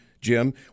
Jim